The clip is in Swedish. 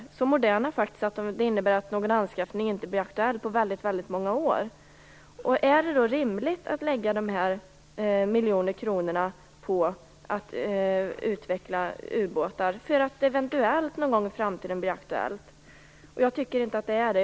Vi har så moderna ubåtar att någon anskaffning inte blir aktuell på många år. Är det då rimligt att lägga de här miljonerna på att utveckla ubåtar för att en anskaffning eventuellt blir aktuell någon gång i framtiden? Jag tycker inte att det är rimligt.